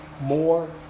more